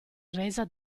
resa